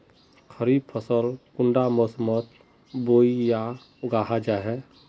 खरीफ फसल कुंडा मोसमोत बोई या उगाहा जाहा?